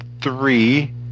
three